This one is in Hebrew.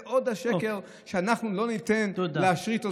עוד מהשקר שאנחנו לא ניתן להשריש אותו